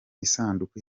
isanduku